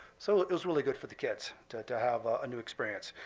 so it was really good for the kids to to have a new experience.